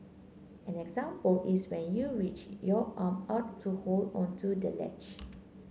an example is when you reach your arm out to hold onto the ledge